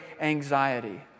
anxiety